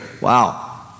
Wow